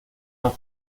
dos